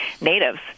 natives